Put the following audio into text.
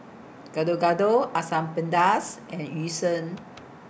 Gado Gado Asam Pedas and Yu Sheng